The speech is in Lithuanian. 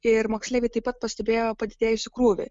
ir moksleiviai taip pat pastebėjo padidėjusį krūvį